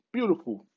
Beautiful